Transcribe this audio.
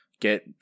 Get